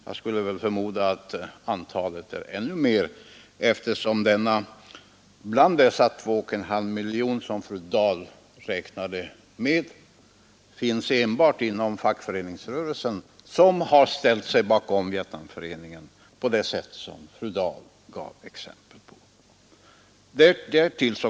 Jag skulle väl snarare förmoda att antalet är ännu större, eftersom hela fackföreningsrörelsen ställt sig bakom Vietnamkommittén på det sätt fru Dahl gav exempel på.